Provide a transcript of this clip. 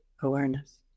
awareness